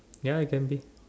ya it can be